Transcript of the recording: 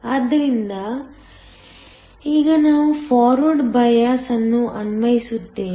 ಆದ್ದರಿಂದ ಈಗ ನಾವು ಫಾರ್ವಾಡ್ ಬಯಾಸ್ ಅನ್ನು ಅನ್ವಯಿಸುತ್ತೇವೆ